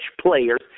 players